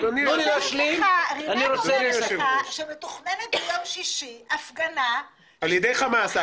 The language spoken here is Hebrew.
אז אני אומרת לך שמתוכננת ביום שישי הפגנה --- על ידי החמאס,